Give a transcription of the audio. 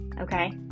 okay